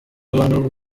abantu